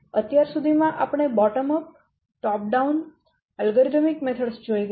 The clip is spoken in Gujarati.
અત્યાર સુધી માં આપણે bottom up top down algorithm પદ્ધતિઓ જોઈ ગયા